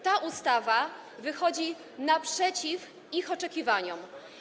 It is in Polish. Ta ustawa wychodzi naprzeciw ich oczekiwaniom.